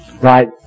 Right